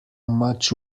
much